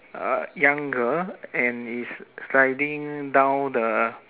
uh young girl and is sliding down the